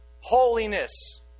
holiness